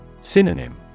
Synonym